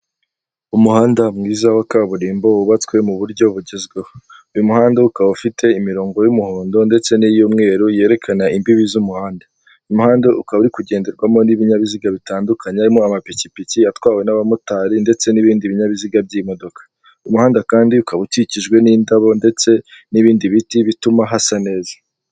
Umuhanda mwiza wa kaburimbo wubatswe mu buryo bugenzweho. Uyu muhanda ukaba ufite imirongo y'umuhondo ndetse n'iy'umweru yerekana imbibi z'umuhanda. Umuhanda ukaba uri kugenderwamo n'ibinyabiziga bitandukanye, harimo amapikipiki atwawe n'abamotari, ndetse n'ibindi binyabiziga by'imodoka. Umuhanda kandi ukaba ukikijwe n'indabo ndetse n'ibindi biti, bituma hasa neza.